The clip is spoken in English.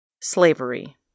Slavery